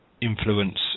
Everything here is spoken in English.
influence